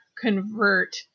convert